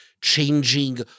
changing